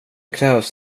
krävs